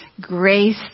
grace